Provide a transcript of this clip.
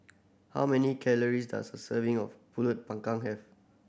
how many calories does a serving of Pulut Panggang have